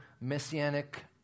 messianic